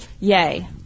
Yay